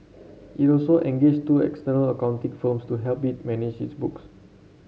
it also engaged two external accounting firms to help it manage its books